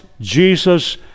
Jesus